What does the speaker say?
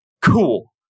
cool